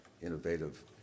innovative